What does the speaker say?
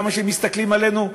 כמה שהם מסתכלים עלינו,